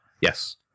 Yes